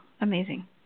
amazing